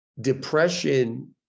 depression